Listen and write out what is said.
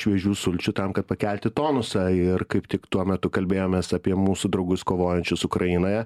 šviežių sulčių tam kad pakelti tonusą ir kaip tik tuo metu kalbėjomės apie mūsų draugus kovojančius ukrainoje